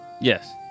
Yes